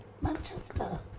Manchester